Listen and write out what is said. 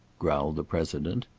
growled the president.